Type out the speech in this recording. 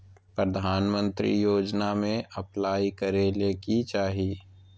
प्रधानमंत्री योजना में अप्लाई करें ले की चाही?